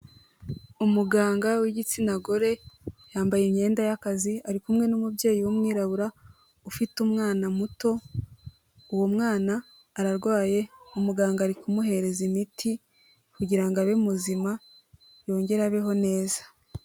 Umuganga w'igitsina gore yambaye imyenda y'akazi, ari kumwe n'umubyeyi w'umwirabura ufite umwana muto, uwo mwana ararwaye, umuganga ari kumuhereza imiti kugirango abe muzima yongerare abeho neza.